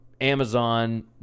Amazon